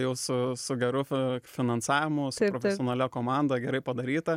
jau su su geru fi finansavimu su profesionalia komanda gerai padaryta